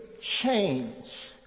change